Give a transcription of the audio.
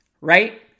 right